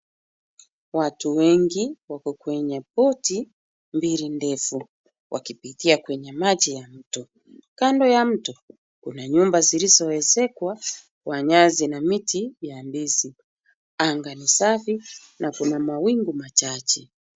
Watu wengi wako kwenye boat mbili ndefu, wakipitia kwenye maji ya mto. Kando ya mto, kuna nyumba zilizoezekwa kwa nyasi na miti ya ndizi. Anga ni safi na kuna mawingu machache.